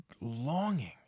longing